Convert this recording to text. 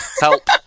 Help